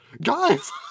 guys